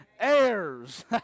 heirs